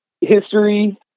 history